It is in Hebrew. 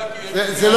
זה לא תמיד.